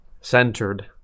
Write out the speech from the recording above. centered